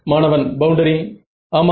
மாணவன் பவுண்டரி ஆமாம்